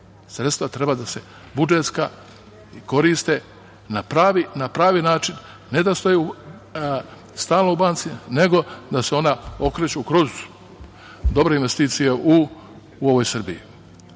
treba da se, budžetska sredstva, koriste na pravi način, ne da stoje stalno u banci, nego da se ona okreću kroz dobre investicije u ovoj Srbiji. Zato